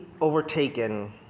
overtaken